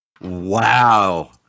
Wow